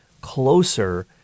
closer